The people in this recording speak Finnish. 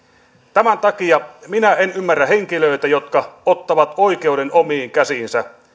tämän takia minä en ymmärrä henkilöitä jotka ottavat oikeuden omiin käsiinsä